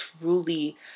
truly